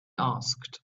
asked